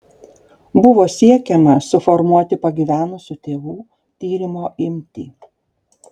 buvo siekiama suformuoti pagyvenusių tėvų tyrimo imtį